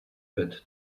bit